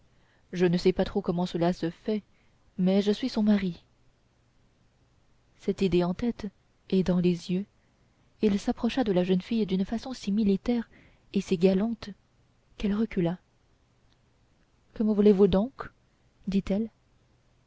je ne sais trop comment cela se fait mais je suis son mari cette idée en tête et dans les yeux il s'approcha de la jeune fille d'une façon si militaire et si galante qu'elle recula que me voulez-vous donc dit-elle